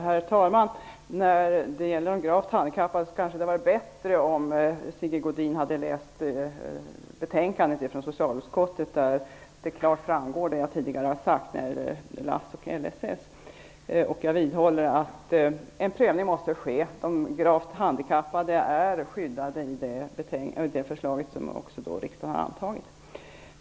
Herr talman! Det kanske hade varit bättre om Sigge Godin hade läst socialutskottets betänkande och vad som där sägs om de gravt handikappade. Där framgår klart det som jag tidigare har sagt om LASS och LSS. Jag vidhåller att en prövning måste ske. De gravt handikappade är skyddade enligt det förslag som riksdagen har antagit.